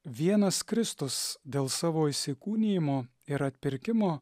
vienas kristus dėl savo įsikūnijimo ir atpirkimo